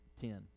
ten